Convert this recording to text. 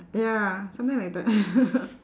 ya something like that